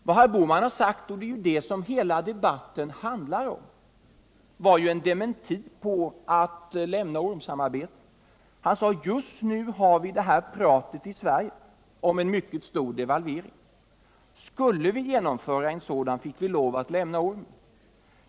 Vad herr Bohman sade och vad hela debatten handlar om innebar faktiskt en dementi på att vi skulle lämna ormsamarbetet. Han sade: ”Just nu har vi det här pratet i Sverige om en mycket stor devalvering. Skulle vi genomföra en sådan, fick vi lov att lämna ormen.